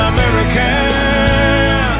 American